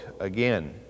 again